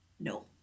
No